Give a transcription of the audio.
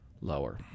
Lower